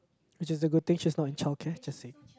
which is a good thing she's not in childcare just saying